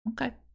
Okay